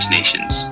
nations